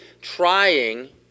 trying